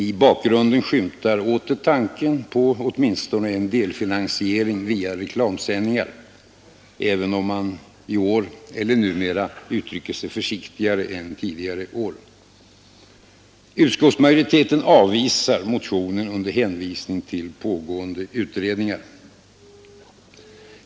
I bakgrunden skymtar åter tanken på åtminstone en delfinansiering via reklamsändningar, även om man i år uttrycker sig försiktigare än tidigare år. Utskottsmajoriteten avvisar motionen under hänvisning till pågående utredningar.